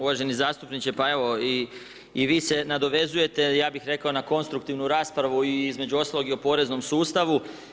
Uvaženi zastupniče, pa evo i vi se nadovezujete ja bih rekao na konstruktivnu raspravu i između ostalog i o poreznom sustavu.